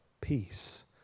peace